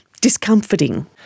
discomforting